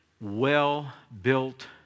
well-built